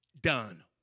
done